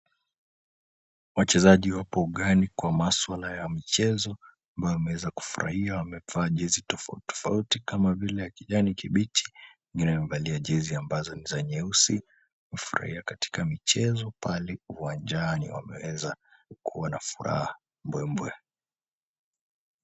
Wachezaji wapo ugani kwa maswala ya mchezo, ambao wameweza kufurahia wamevaa jezi tofauti tofauti kama vile ya kijani kibichi. Wengine wamevalia jezi ambazo ni za nyeusi, wamefurahia katika michezo pale uwanjani. Wameweza kuwa na furaha mbwembwe.